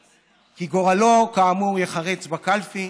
כי גורלו כאמור ייחרץ בקלפי,